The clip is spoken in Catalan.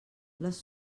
les